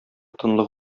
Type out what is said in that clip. тынлык